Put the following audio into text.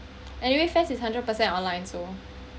anyway fares is hundred percent online so